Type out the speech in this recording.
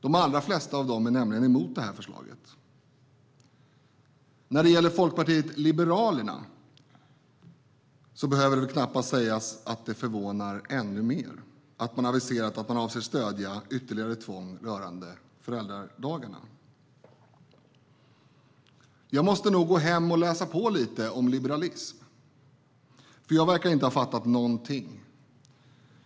De allra flesta av dem är nämligen emot förslaget. Det behöver väl knappast sägas att Folkpartiet liberalerna förvånar ännu mer när de aviserar att de avser att stödja ytterligare tvång när det gäller föräldradagarna. Jag måste nog gå hem och läsa på lite om liberalism. Jag verkar inte ha fattat någonting.